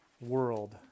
world